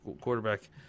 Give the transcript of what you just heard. quarterback